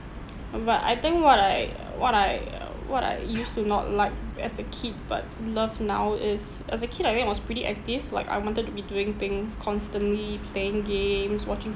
but I think what I what I what I used to not like as a kid but love now is as a kid I mean I was pretty active like I wanted to be doing things constantly playing games watching